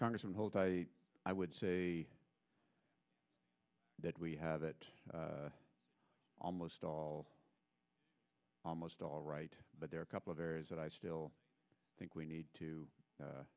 congressman holt i would say that we have it almost all almost all right but there are a couple of areas that i still think we need to